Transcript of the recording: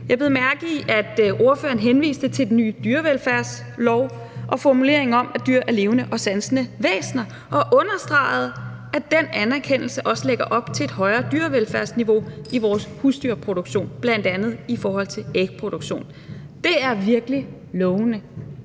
Jeg bed mærke i, at ordføreren henviste til den nye dyrevelfærdslov og formuleringen om, at dyr er levende og sansende væsener, og understregede, at den anerkendelse også lægger op til et højt velfærdsniveau i vores husdyrproduktion, bl.a. i forhold til ægproduktion. Det er virkelig lovende.